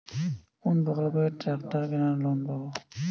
কোন প্রকল্পে ট্রাকটার কেনার লোন পাব?